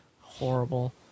Horrible